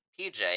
PJ